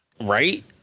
right